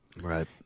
Right